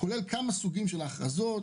יש כמה חוקים של הכרזות,